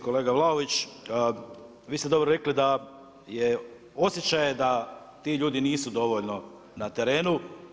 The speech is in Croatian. Kolega Vlaović, vi ste dobro rekli da je osjećaj je da ti ljudi nisu dovoljno na terenu.